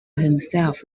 himself